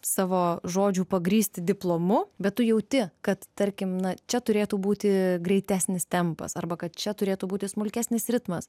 savo žodžių pagrįsti diplomu bet tu jauti kad tarkim na čia turėtų būti greitesnis tempas arba kad čia turėtų būti smulkesnis ritmas